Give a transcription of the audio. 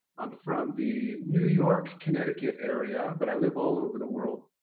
i'm from the new york connecticut area, but i live all over the world.